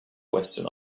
western